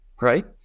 Right